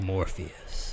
Morpheus